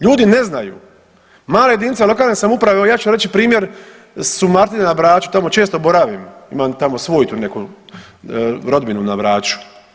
Ljudi ne znaju, male jedinice lokalne samouprave evo ja ću vam reći primjer Sumartina na Braču, tamo često boravim, imam tamo svojtu neku rodbinu na Braču.